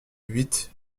huit